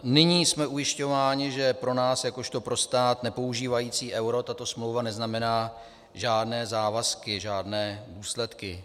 Nyní jsme ujišťováni, že pro nás jakožto pro stát nepoužívající euro tato smlouva neznamená žádné závazky, žádné důsledky.